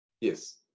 Yes